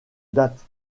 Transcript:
date